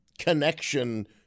connection